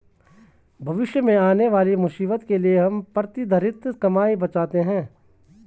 भविष्य में आने वाली मुसीबत के लिए हम प्रतिधरित कमाई बचाते हैं